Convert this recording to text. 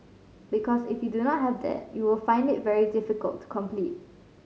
because if you do not have that you will find it very difficult to compete